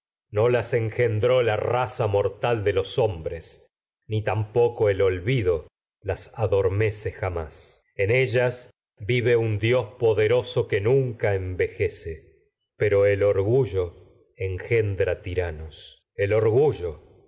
no las engendró la raza mortal de los hombres ni tampoco el olvido ellas vive un las adormece jamás en nunca dios poderoso que envejece pero el orgullo engendra tiranos el orgullo